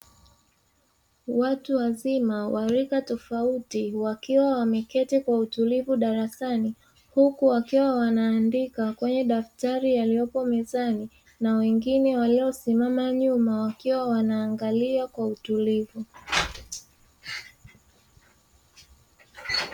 Watu wazima wa rika tofauti wakiwa wameketi kwa utulivu darasani huku wakiwa wanaandika kwenye madaftari, yaliyopo mezani na wengine waliosimama nyuma wakiwa wanaangalia kwa utulivu.